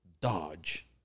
dodge